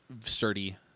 sturdy